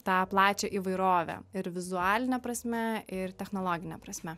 tą plačią įvairovę ir vizualine prasme ir technologine prasme